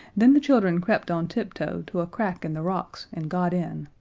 then the children crept on tiptoe to a crack in the rocks and got in.